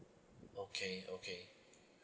okay okay